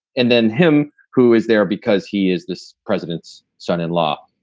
and then him who is there because he is this president's son in law.